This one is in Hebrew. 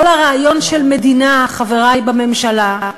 שכל הרעיון של מדינה, חברי בממשלה,